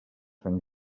sant